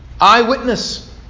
eyewitness